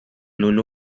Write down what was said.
lulu